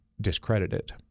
discredited